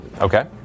Okay